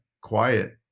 quiet